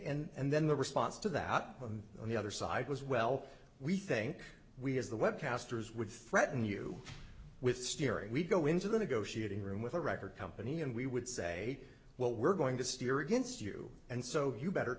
can't and then the response to that but on the other side was well we think we as the web casters would threaten you with steering we go into the negotiating room with a record company and we would say well we're going to steer against you and so you better